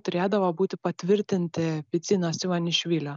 turėdavo būti patvirtinti bidzinos ivanišvilio